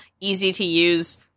easy-to-use